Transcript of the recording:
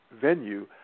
venue